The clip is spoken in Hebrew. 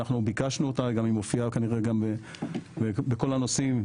ביקשנו אותה והיא גם מופיעה בכל הנושאים,